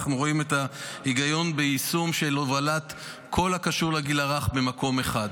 אנחנו רואים את ההיגיון ביישום של הובלת כל הקשור לגיל הרך במקום אחד.